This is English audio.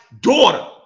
daughter